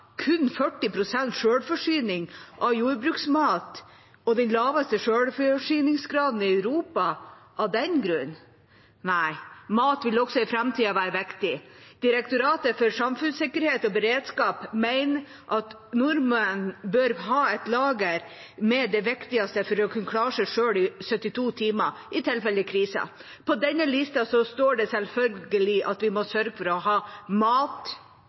kun 40 pst. selvforsyning av jordbruksmat og den laveste selvforsyningsgraden i Europa av den grunn? Nei, mat vil også i framtida være viktig. Direktoratet for samfunnssikkerhet og beredskap mener at nordmenn bør ha et lager med det viktigste for å kunne klare seg selv i 72 timer i tilfelle krise. På denne lista står det selvfølgelig at vi må sørge for å ha mat,